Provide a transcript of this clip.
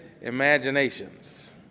imaginations